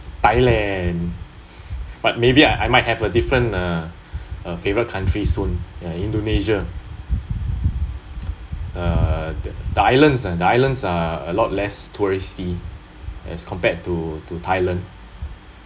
thailand but maybe I might have a different uh a favourite country soon ya indonesia err the islands uh the islands are a lot less touristy as compared to to thailand